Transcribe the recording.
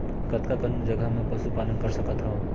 कतका कन जगह म पशु पालन कर सकत हव?